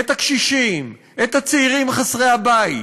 את הקשישים, את הצעירים חסרי הבית,